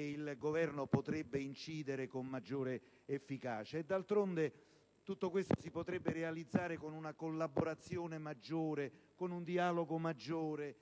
il Governo potrebbe incidere con maggiore efficacia. D'altronde, tutto questo si potrebbe realizzare con una collaborazione e un dialogo maggiore